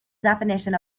definition